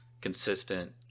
consistent